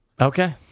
Okay